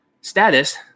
status